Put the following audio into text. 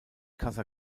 casa